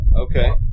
Okay